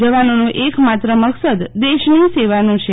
જવાનોનો એક માત્ર મકસદ દેશની સેવા કરવાનો છે